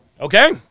Okay